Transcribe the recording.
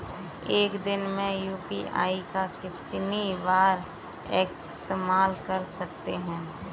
एक दिन में यू.पी.आई का कितनी बार इस्तेमाल कर सकते हैं?